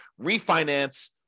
refinance